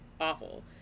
awful